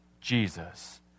Jesus